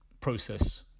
process